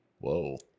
whoa